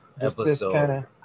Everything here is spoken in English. episode